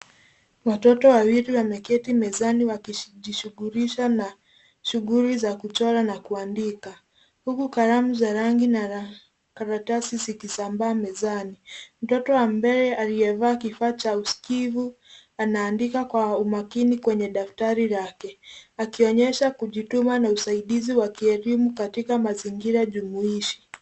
Watoto wawili wameketi mezani wakijishughulisha na shughuli za kuchora na kuandika huku kalamu za rangi na karatasi zikisambaa mezani. Mtoto ambaye aliyevaa kifaa cha usikivu anaandika kwa umakini kwenye daftari lake, akionyesha kujituma na usaidizi wa kielimu katika mazingira jumuishi.